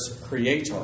creator